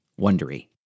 Wondery